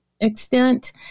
extent